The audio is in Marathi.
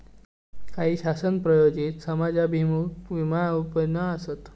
काही शासन प्रायोजित समाजाभिमुख विमा योजना आसत